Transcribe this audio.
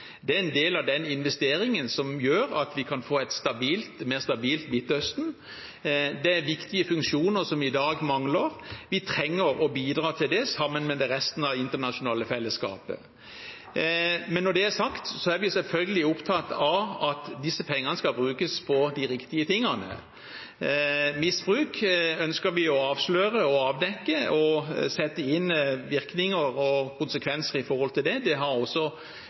Det er en del av den investeringen som gjør at vi kan få et mer stabilt Midtøsten. Det er viktige funksjoner som i dag mangler. Vi trenger å bidra til det, sammen med resten av det internasjonale fellesskapet. Men når det er sagt, er vi selvfølgelig opptatt av at disse pengene skal brukes på de riktige tingene. Misbruk ønsker vi å avsløre og avdekke og sette inn virkninger og konsekvenser i forhold til. Det har også